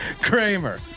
Kramer